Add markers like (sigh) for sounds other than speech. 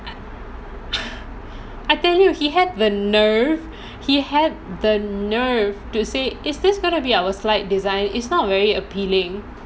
(breath) I tell you he had the nerve he had the nerve to say is this gonna be our slide design is not very appealing